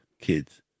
kids